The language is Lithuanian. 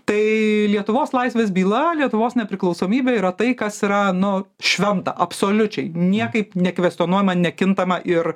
tai lietuvos laisvės byla lietuvos nepriklausomybė yra tai kas yra nu šventa absoliučiai niekaip nekvestionuojama nekintama ir